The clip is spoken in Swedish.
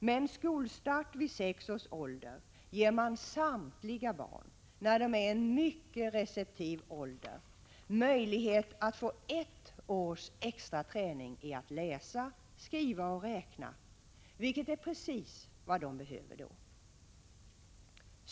Med en skolstart vid sex års ålder ger man samtliga barn, när de är i en mycket receptiv ålder, möjlighet att få ett års extra träning i att läsa, skriva och räkna, vilket är precis vad de då behöver.